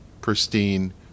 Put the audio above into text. pristine